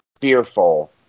fearful